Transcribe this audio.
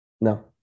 no